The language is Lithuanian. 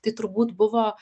tai turbūt buvo